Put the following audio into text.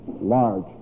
large